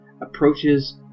approaches